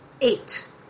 Eight